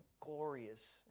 glorious